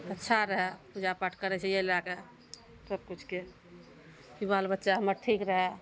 अच्छा रहय पूजा पाठ करय छै अइ लए कऽ सबकिछु के की बाल बच्चा हमर ठीक रहय